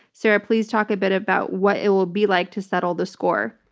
sarah, please talk a bit about what it will be like to settle the score.